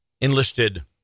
enlisted